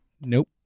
Nope